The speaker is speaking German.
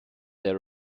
der